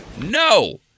No